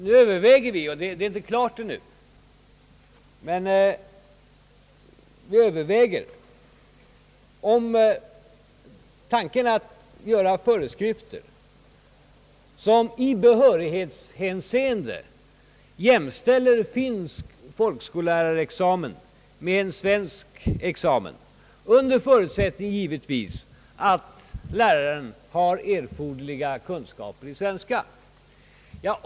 Vi överväger för närvarande att utfärda föreskrifter som i behörighetshänseende jämställer finsk folkskollärarexamen med en svensk examen, givetvis under förutsättning att läraren har erforderliga kunskaper i svenska.